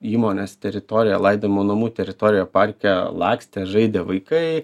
įmonės teritoriją laidojimo namų teritoriją parke lakstė žaidė vaikai